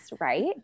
right